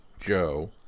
Joe